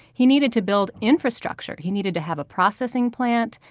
he needed to build infrastructure. he needed to have a processing plant.